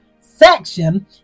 section